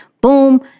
Boom